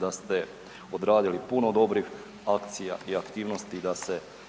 da ste odradili puno dobrih akcija i aktivnosti da se